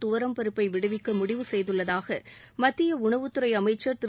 துவரம் பருப்பை விடுவிக்க முடிவு செய்துள்ளதாக மத்திய உணவுத் துறை அமைச்சர் திரு